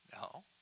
No